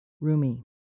Rumi